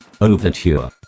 Overture